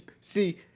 See